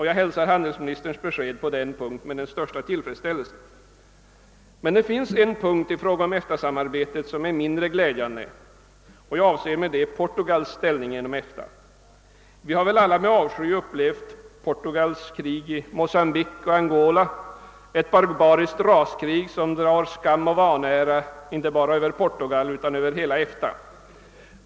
Jag hälsar handelsministerns besked på den punkten med den största tillfredsställelse. Men det finns ett avsnitt av EFTA samarbetet som är mindre glädjande. Jag avser Portugals ställning inom EFTA. Vi har väl alla med avsky upplevt Portugals krig i Mocambique och Angola, ett barbariskt raskrig som drar skam och vanära inte bara över Portugal utan över hela EFTA.